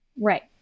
Right